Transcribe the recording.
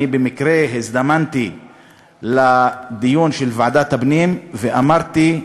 אני במקרה הזדמנתי לדיון של ועדת הפנים ואמרתי: